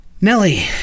Nelly